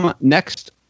next